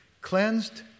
Cleansed